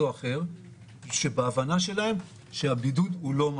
או אחר שבהבנה שלהם שהבידוד הוא לא מלא.